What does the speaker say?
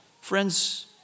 Friends